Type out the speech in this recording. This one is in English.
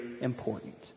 important